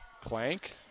Clank